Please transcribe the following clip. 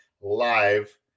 live